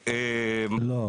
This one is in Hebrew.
לא.